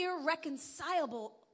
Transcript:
irreconcilable